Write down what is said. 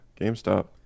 GameStop